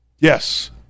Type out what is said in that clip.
Yes